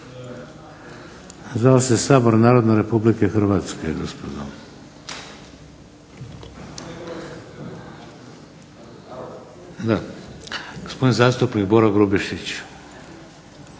Zvao se Sabor Narodne Republike Hrvatske gospodine. Da. Gospodin zastupnik Boro Grubišić.